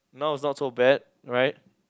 now is not so bad right